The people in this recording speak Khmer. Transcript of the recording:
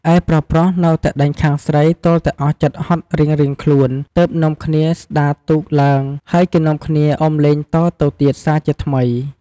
ឯប្រុសៗនៅតែដេញខាងស្រី ទាល់តែអស់ចិត្តហត់រៀងៗខ្លួន ទើបនាំគ្នាស្តារទូកឡើង ហើយគេនាំគ្នាអុំលេងតទៅទៀតសារជាថ្មី។